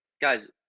guys